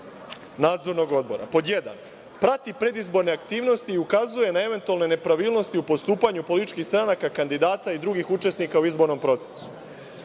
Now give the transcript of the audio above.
nadzornog odbora. Pod jedan, prati predizborne aktivnosti i ukazuje na eventualne nepravilnosti u postupanju političkih stranaka kandidata i drugih učesnika u izbornom procesu,